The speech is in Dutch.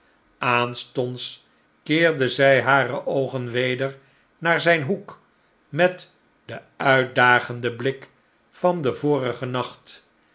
aanstonds keerde zij hare oogen weder naar zgn hoek met den uitdagenden blik van den vorigen nacht